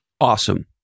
Awesome